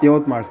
Yavatmal